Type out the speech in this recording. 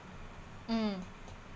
um